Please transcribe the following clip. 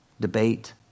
debate